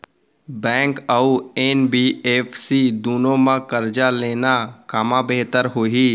Bank अऊ NBFC दूनो मा करजा लेना कामा बेहतर होही?